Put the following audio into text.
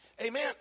Amen